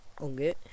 okay